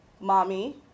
mommy